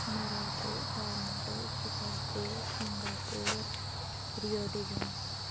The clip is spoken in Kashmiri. Morocco Toronto Chicago Singapore Rio de Janeiro